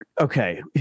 Okay